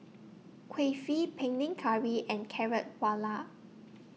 Kulfi Panang Curry and Carrot Halwa